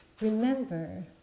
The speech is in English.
remember